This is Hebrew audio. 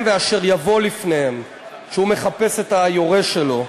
ואשר יבֹא לפניהם" כשהוא מחפש את היורש שלו.